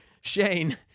Shane